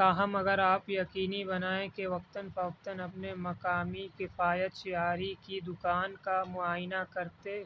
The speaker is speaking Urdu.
تاہم اگر آپ یقینی بنائیں کہ وقتاً فوقتاً اپنے مقامی کفایت شعاری کی دکان کا معائنہ کرتے